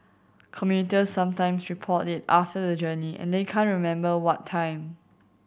commuters sometimes report it after the journey and they can't remember what time